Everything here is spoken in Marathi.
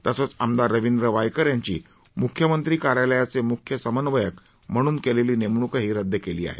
तसंच आमदार रविंद्र वायकर यांची मुख्यमंत्री कार्यालयाचे मुख्य समन्वयक म्हणून केलेली नेमणूकही रदद केली आहे